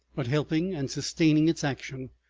but helping and sustaining its action,